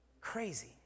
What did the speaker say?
Crazy